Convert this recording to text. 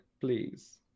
please